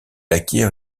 acquiert